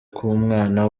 k’umwana